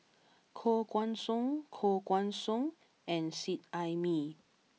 Koh Guan Song Koh Guan Song and Seet Ai Mee